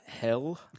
Hell